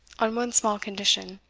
on one small condition.